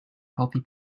healthy